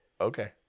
Okay